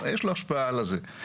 יש לו השפעה על הזה.